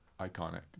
iconic